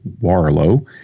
Warlow